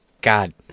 God